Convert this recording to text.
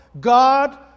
God